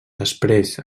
després